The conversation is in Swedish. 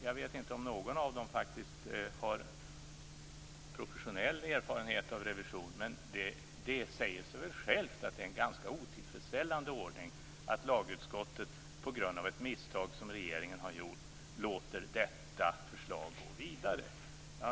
Jag vet inte om någon av dem faktiskt har professionell erfarenhet av revision, men det säger sig självt att det är en ganska otillfredsställande ordning att lagutskottet på grund av ett misstag som regeringen har gjort låter detta förslag gå vidare.